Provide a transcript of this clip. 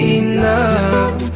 enough